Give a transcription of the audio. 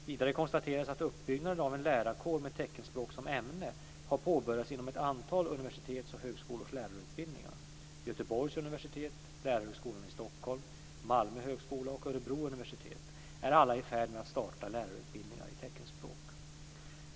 Vidare konstateras att uppbyggnaden av en lärarkår med teckenspråk som ämne har påbörjats inom ett antal universitets och högskolors lärarutbildningar. Göteborgs universitet, Lärarhögskolan i Stockholm, Malmö högskola och Örebro universitet är alla i färd med att starta lärarutbildningar i teckenspråk.